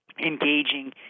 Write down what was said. engaging